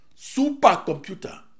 supercomputer